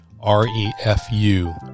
R-E-F-U